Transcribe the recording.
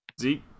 Zeke